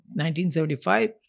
1975